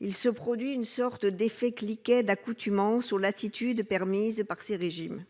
Il se produit une sorte d'effet cliquet d'accoutumance aux latitudes permises par ces régimes.